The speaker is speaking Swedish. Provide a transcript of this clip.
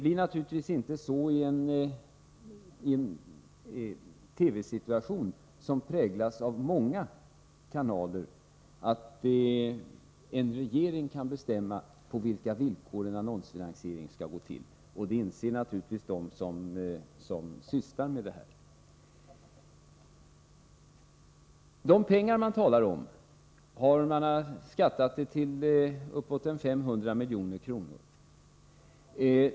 I en TV-situation som präglas av många kanaler är det naturligtvis inte någon regering som kan bestämma på vilka villkor en annonsfinansiering skall ske, och detta inser naturligtvis de som sysslar med det här. De pengar man talar om har man uppskattat till uppemot 500 milj.kr.